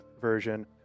version